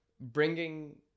bringing